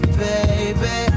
baby